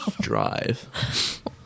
Drive